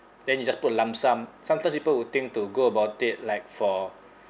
then you just put lump sum sometimes people will think to go about it like for